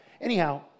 anyhow